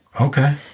okay